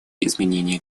изменения